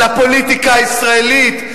על הפוליטיקה הישראלית.